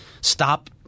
Stop –